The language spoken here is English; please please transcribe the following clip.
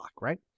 Right